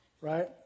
right